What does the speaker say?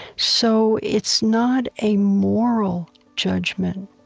so it's not a moral judgment.